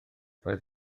roedd